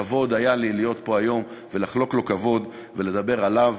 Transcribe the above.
כבוד היה לי להיות פה היום ולחלוק לו כבוד ולדבר עליו,